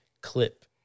clip